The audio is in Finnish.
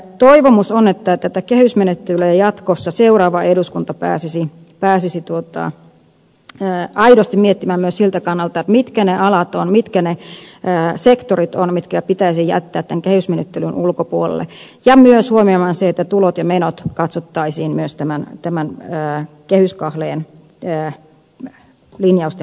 toivomus on että tätä kehysmenettelyä seuraava eduskunta pääsisi aidosti miettimään myös siltä kannalta mitkä alat ja mitkä sektorit pitäisi jättää tämän kehysmenettelyn ulkopuolelle ja sen pitäisi päästä myös huomioimaan myös se että tulot ja menot katsottaisiin tämän kehyskahleen linjausten mukaisesti